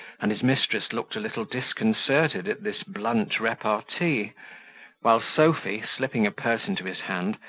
and his mistress looked a little disconcerted at this blunt repartee while sophy, slipping a purse into his hand,